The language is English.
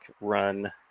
run